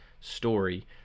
story